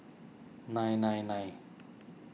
nine nine nine